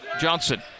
Johnson